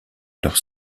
leur